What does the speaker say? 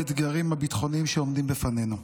האתגרים הביטחוניים שעומדים בפנינו,